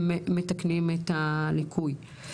הם מתקנים את הליקוי.